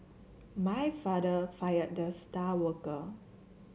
my father fired the star worker